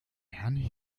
herrn